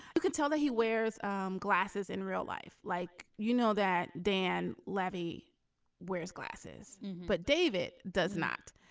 you could tell that he wears um glasses in real life like you know that dan levy wears glasses but david does not.